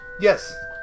Yes